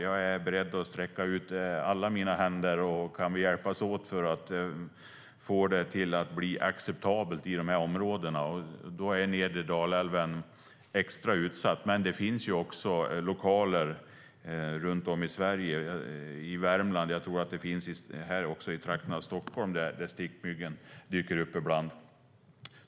Jag är beredd att sträcka ut min hand, och jag hoppas att vi kan hjälpas åt att få det hela att bli acceptabelt i dessa områden. Nedre Dalälven är extra utsatt, men det finns också andra lokaler runt om i Sverige - i Värmland, och jag tror också här i trakterna runt Stockholm - där stickmyggen dyker upp ibland.